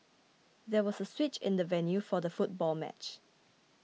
there was a switch in the venue for the football match